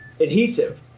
adhesive